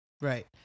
Right